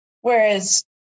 Whereas